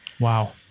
Wow